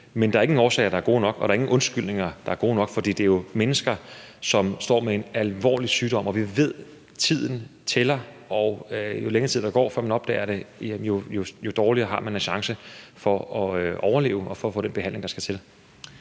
men der er ingen årsager, der er gode nok, og der er ingen undskyldninger, der er gode nok. For det drejer sig jo om mennesker, der står med en alvorlig sygdom, og vi ved, at tiden tæller. Jo længere tid der går, før man opdager det, jo dårligere chancer har man for at overleve og at få den behandling, der skal til.